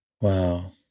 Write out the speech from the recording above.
Wow